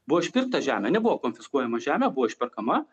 buvo išpirkta žemė nebuvo konfiskuojama žemė buvo išperkama